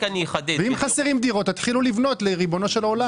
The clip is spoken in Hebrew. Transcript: אם חסרות דירות אז תתחילו לבנות, ריבונו של עולם.